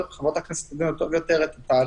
שחברות הכנסת יבינו טוב יותר את התהליך.